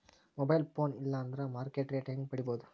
Mobile phone ಇಲ್ಲಾ ಅಂದ್ರ market rate ಹೆಂಗ್ ಪಡಿಬೋದು?